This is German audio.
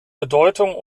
bedeutung